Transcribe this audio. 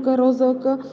2018 г.